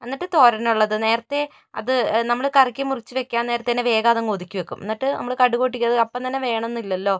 എന്നിട്ട് തോരനുള്ളത് നേരത്തെ അത് നമ്മൾ കറിക്ക് മുറിച്ചു വെക്കാന് നേരത്ത് തന്നെ വേഗം അതങ്ങ് ഒതുക്കി വയ്ക്കും എന്നിട്ട് നമ്മൾ കടുക് പൊട്ടിക്കുന്നത് അപ്പോൾ തന്നെ വേണം എന്ന് ഇല്ലല്ലോ